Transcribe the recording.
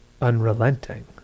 unrelenting